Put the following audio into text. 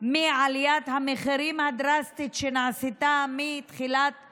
בעוד כיום החוק מתייחס גם לשמירה על המקומות הקדושים לבני דתות